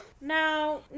now